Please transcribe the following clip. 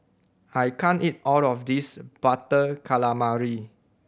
I can't eat all of this Butter Calamari